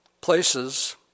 places